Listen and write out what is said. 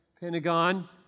Pentagon